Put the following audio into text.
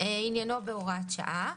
עניינו בהוראת שעה,